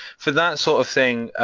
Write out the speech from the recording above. for that sort of thing,